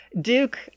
Duke